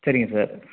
சரிங்க சார்